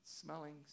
smelling